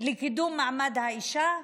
לקידום מעמד האישה,